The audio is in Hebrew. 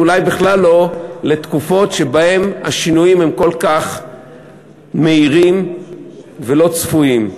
ואולי בכלל לא לתקופות שבהן השינויים הם כל כך מהירים ולא צפויים.